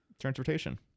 transportation